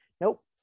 Nope